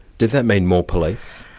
does that mean more police?